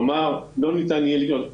כלומר, לא ניתן יהיה לקנות בלי התו הירוק.